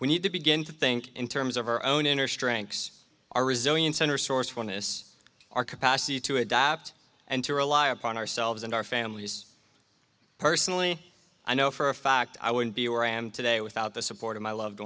we need to begin to think in terms of our own inner strengths our resilience center source oneness our capacity to adapt and to rely upon ourselves and our families personally i know for a fact i wouldn't be where i am today without the support of my loved